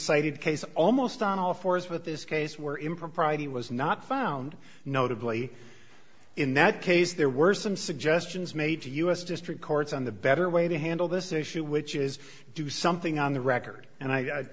cited case almost on all fours with this case where impropriety was not found notably in that case there were some suggestions made to us district courts on the better way to handle this issue which is do something on the record and i